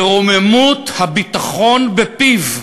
ורוממות הביטחון בפיו,